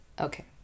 Okay